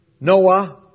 Noah